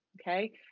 Okay